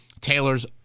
Taylor's